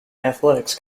athletics